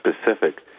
specific